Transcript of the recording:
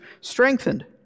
strengthened